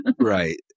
Right